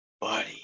Buddy